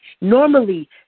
Normally